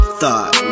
thought